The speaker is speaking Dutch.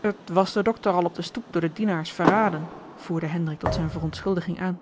het was den dokter al op de stoep door de dienaars verraden voerde hendrik tot zijne verontschuldiging aan